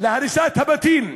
להריסת הבתים.